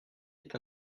est